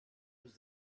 use